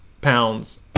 pounds